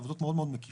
עבודות מאוד מקיפות.